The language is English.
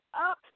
up